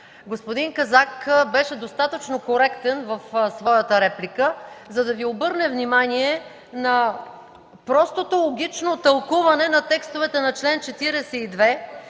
Господин Казак беше достатъчно коректен в репликата си, за да Ви обърне внимание на простото, логично тълкуване на текстовете на чл. 42